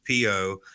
PO